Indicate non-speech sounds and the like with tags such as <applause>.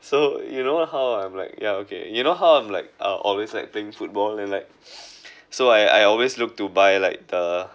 so you know how I'm like yeah okay you know how I'm like uh always like playing football then like <noise> so I I always look to buy like the